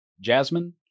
jasmine